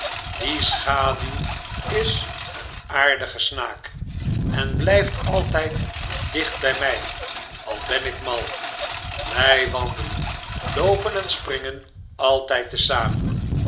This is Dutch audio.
die schaduw is een aardige snaak en blijft altijd dicht bij mij al ben ik mal wij wandelen loopen en springen altijd te zamen